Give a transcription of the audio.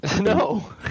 No